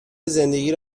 زندگی